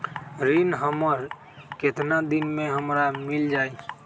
ऋण हमर केतना दिन मे हमरा मील जाई?